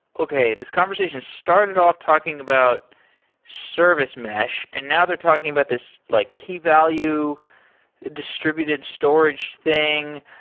okay. this conversation has started off talking about service mesh, and now they're talking about this like key value distributed storage thing.